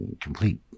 Complete